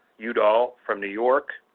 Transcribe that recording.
udall from new york.